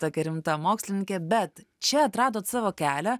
tokia rimta mokslininkė bet čia atradot savo kelią